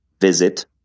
visit